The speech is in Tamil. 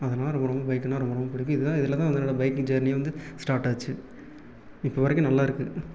அதனால் எனக்கு ரொம்ப பைக்குனா ரொம்ப ரொம்ப பிடிக்கும் இதுதான் இதில் தான் வந்து என்னோடய பைக்கு ஜெர்னி வந்து ஸ்டாட் ஆச்சு இப்போது வரைக்கும் நல்லாயிருக்கு